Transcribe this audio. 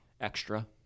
extra